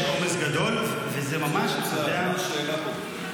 יש עומס גדול --- מה השאלה פה?